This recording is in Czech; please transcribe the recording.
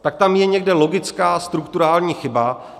Tak tam je někde logická strukturální chyba.